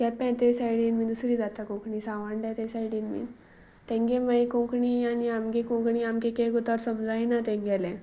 केपें ते सायडीन बीन दुसरी जाता कोंकणी सावांड्या ते सायडीन बीन तेंगे मागीर कोंकणी आनी आमगे कोंकणी आमगे एक उतार समज जायना तेंगेलें